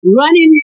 running